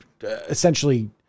essentially